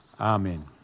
amen